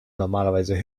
normalerweise